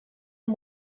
amb